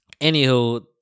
Anywho